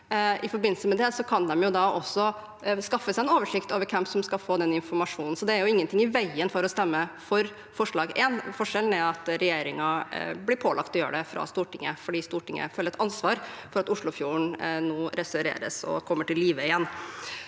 regjeringen mulighet til også å skaffe seg en oversikt over hvem som skal få den informasjonen. Det er ingenting i veien for å stemme for forslag nr. 1. Forskjellen er at regjeringen blir pålagt å gjøre det av Stortinget, fordi Stortinget føler et ansvar for at Oslofjorden nå restaureres og kommer til live igjen.